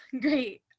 great